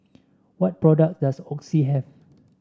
what products does Oxy have